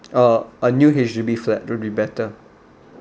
uh a new H_D_B flat will be better